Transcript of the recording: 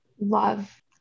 love